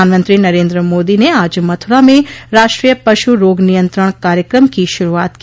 प्रधानमंत्री नरेन्द्र मोदी ने आज मथुरा में राष्ट्रीय पशु रोग नियंत्रण कार्यक्रम की शुरूआत की